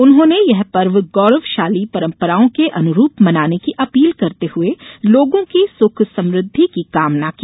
उन्होंने यह पर्व गौरवशाली परंपराओं के अनुरूप मनाने की अपील करते हुए लोगो की सुख समृद्धि की कामना की